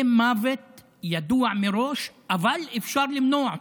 זה מוות ידוע מראש, אבל אפשר למנוע אותו,